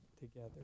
together